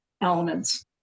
elements